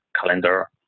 calendar